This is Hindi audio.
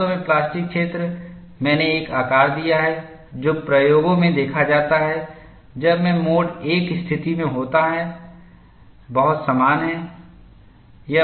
वास्तव में प्लास्टिक क्षेत्र मैंने एक आकार दिया है जो प्रयोगों में देखा जाता है जब मैं एक मोड I स्थिति में होता है बहुत समान है